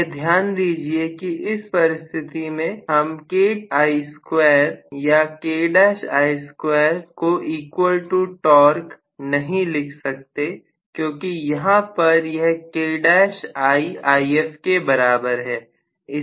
यह ध्यान दीजिए कि इस परिस्थिति में हम KI2 या K'I2 को इक्वल टू टॉर्क नहीं लिख सकते क्योंकि यहां पर यह K'IIf के बराबर है